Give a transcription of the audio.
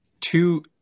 two